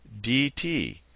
dt